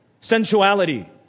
sensuality